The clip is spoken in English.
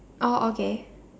oh okay